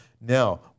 Now